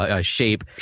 shape